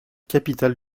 capitale